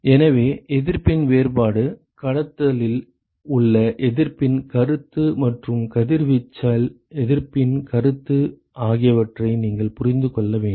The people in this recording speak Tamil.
எனவே எதிர்ப்பின் வேறுபாடு கடத்தலில் உள்ள எதிர்ப்பின் கருத்து மற்றும் கதிர்வீச்சில் எதிர்ப்பின் கருத்து ஆகியவற்றை நீங்கள் புரிந்து கொள்ள வேண்டும்